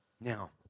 Now